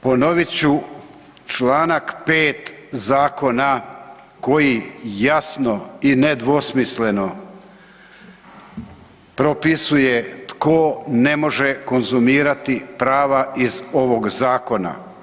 Ponovit ću čl. 5. Zakona koji jasno i nedvosmisleno propisuje tko ne može konzumirati prava iz ovog zakona.